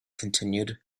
continued